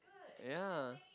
ya